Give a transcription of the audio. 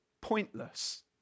pointless